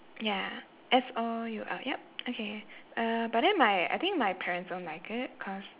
ya S O U L yup okay uh but then my I think my parents don't like it cause